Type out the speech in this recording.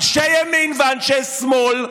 אנשי ימין ואנשי שמאל.